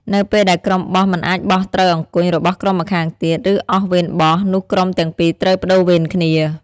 នៅពេលដែលក្រុមបោះមិនអាចបោះត្រូវអង្គញ់របស់ក្រុមម្ខាងទៀត ឬអស់វេនបោះ នោះក្រុមទាំងពីរត្រូវប្ដូរវេនគ្នា ។